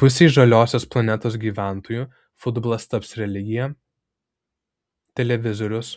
pusei žaliosios planetos gyventojų futbolas taps religija televizorius